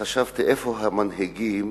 חשבתי, איפה המנהיגים